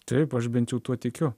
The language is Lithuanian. taip aš bent tuo tikiu